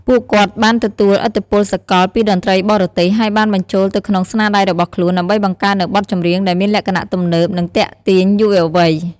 ពួកគាត់បានទទួល ឥទ្ធិពលសកល ពីតន្ត្រីបរទេស ហើយបានបញ្ចូលទៅក្នុងស្នាដៃរបស់ខ្លួន ដើម្បីបង្កើតនូវបទចម្រៀងដែលមានលក្ខណៈទំនើប និងទាក់ទាញយុវវ័យ។